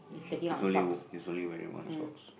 he he's only w~ he's only wearing one socks